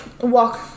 walk